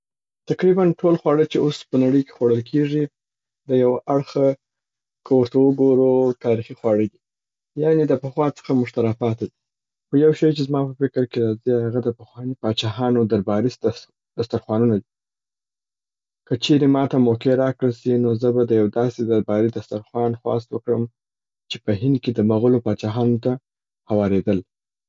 تقریباً ټول خواړه چې اوس په نړۍ کې خوړل کیږي، د یو اړخه که ورته وګورو تاریخي خواړه دي. یعني د پخوا څخه موږ ته را پاته دي، خو یو شي چې زما په فکر کې راځي هغه د پخواني پاچاهانو درباري د س- دسترخوانونه. که چیري ماته موقع را کړل سي نو زه به د یو داسي درباري دسترخان خواست وکړم چي په هند کي د مغولو پاچاهانو ته هواریدل.